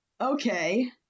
Okay